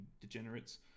degenerates